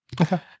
Okay